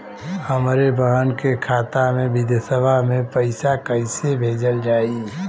हमरे बहन के खाता मे विदेशवा मे पैसा कई से भेजल जाई?